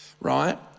right